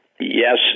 Yes